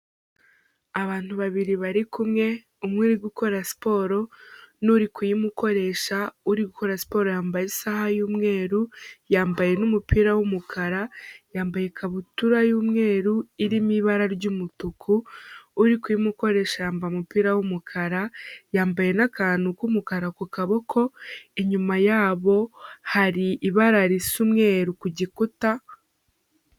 Abantu babiri bari kumwe, umwe uri gukora siporo n'uri kuyimukoresha, uri gukora siporo yambaye isaha y'umweru, yambaye n'umupira w'umukara, yambaye ikabutura y'umweru irimo ibara ry'umutuku, uri kuyimukoresha yambaye umupira w'umukara, yambaye n'akantu k'umukara ku kaboko, inyuma yabo hari ibara risa umweru ku gikuta,...